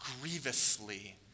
grievously